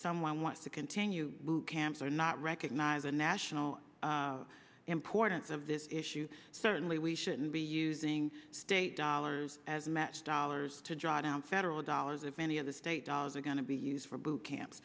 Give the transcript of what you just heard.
someone wants to continue to camp or not recognize the national importance of this issue certainly we shouldn't be using state dollars as match dollars to draw down federal dollars of any other state dollars are going to be used for bootcamp